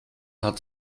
hat